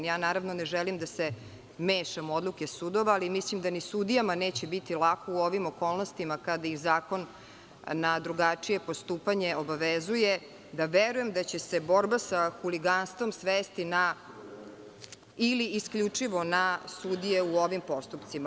Ne želim da se mešam u odluke sudova, ali mislim da ni sudijama neće biti lako u ovim okolnostima kada ih zakon na drugačiji postupanje obavezuje da verujem da će se borba sa huliganstvom svesti na isključivo sudije u ovim postupcima.